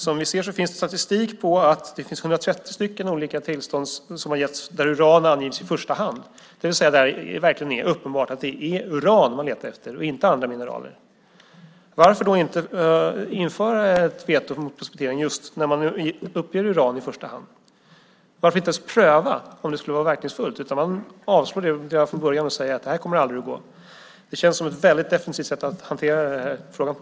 Som vi ser finns det statistik på att det finns 130 olika tillstånd som har getts där uran anges i första hand, det vill säga där det verkligen är uppenbart att det är uran som man letar efter och inte andra mineraler. Varför kan man då inte införa ett veto mot prospektering just när det är uran som uppges i första hand? Varför kan man inte ens pröva om det skulle vara verkningsfullt? Man avslår det redan från början och säger att det aldrig kommer att gå. Det känns som ett väldigt defensivt sätt att hantera denna fråga på.